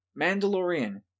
Mandalorian